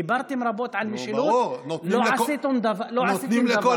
דיברתם רבות על משילות, לא עשיתם דבר.